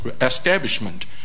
establishment